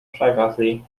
privately